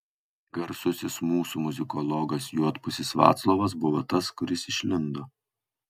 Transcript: garsusis mūsų muzikologas juodpusis vaclovas buvo tas kuris išlindo